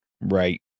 right